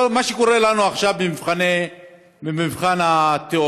כל מה שקורה לנו עכשיו במבחן התאוריה,